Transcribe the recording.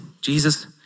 Jesus